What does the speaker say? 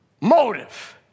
motive